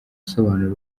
asobanura